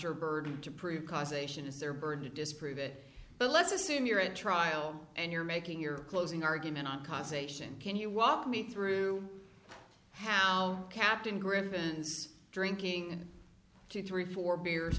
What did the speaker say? your burden to prove causation is their burden to disprove it but let's assume you're at trial and you're making your closing argument on cars ation can you walk me through how captain gryphons drinking two three four beers